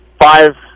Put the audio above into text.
five